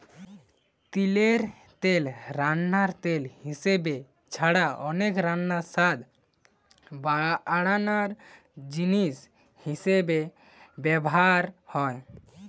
তিলের তেল রান্নার তেল হিসাবে ছাড়া অনেক রান্নায় স্বাদ বাড়ানার জিনিস হিসাবে ব্যভার হয়